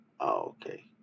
okay